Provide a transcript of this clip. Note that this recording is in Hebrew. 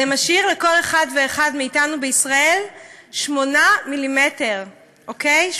זה משאיר לכל אחד ואחד מאתנו בישראל 8 מ"מ, אוקיי?